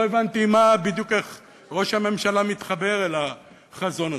לא הבנתי איך בדיוק ראש הממשלה מתחבר אל החזון הזה.